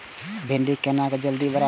भिंडी केना जल्दी बड़ा होते?